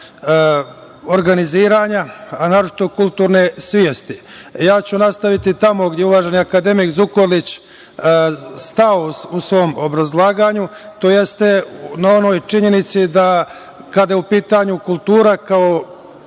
organizovanja, a naročito kulturne svesti. Ja ću nastaviti tamo gde je uvaženi akademik Zukorlić stao u svom obrazlaganju, tj. na onoj činjenici da kada je u pitanju kultura kao